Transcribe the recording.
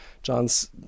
John's